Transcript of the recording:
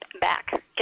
back